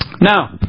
Now